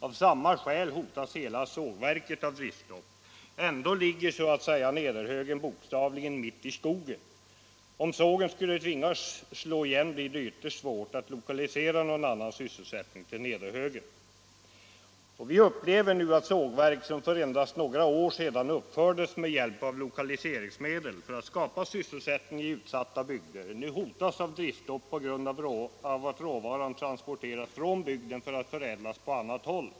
Av samma skäl hotas flera sågverk av driftstopp. Ändå ligger Nederhögen så att säga bokstavligen mitt i skogen. Om sågen skulle tvingas att slå igen blir det ytterst svårt att lokalisera någon annan sysselsättning till Nederhögen. Vi upplever nu att sågverk, som för endast några år sedan uppfördes med hjälp av lokaliseringsmedel för att skapa sysselsättning i utsatta bygder, hotas av driftstopp på grund av att råvaran transporteras från bygden för att förädlas på annat håll.